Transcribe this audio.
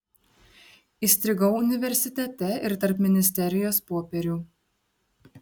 įstrigau universitete ir tarp ministerijos popierių